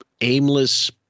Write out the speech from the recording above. aimless